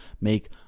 make